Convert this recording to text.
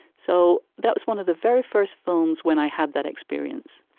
so that was one of the very first films when i had that experience